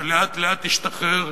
שלאט-לאט השתחרר,